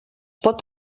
pot